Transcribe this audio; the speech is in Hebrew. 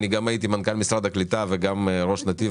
אני גם הייתי מנכ"ל משרד הקליטה וגם ראש נתיב,